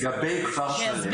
לגבי כפר שלם,